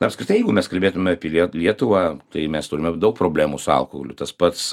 apskritai jeigu mes kalbėtume apie lie lietuvą tai mes turime daug problemų su alkoholiu tas pats